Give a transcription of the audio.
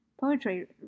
poetry